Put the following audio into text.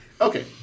Okay